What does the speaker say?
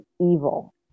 evil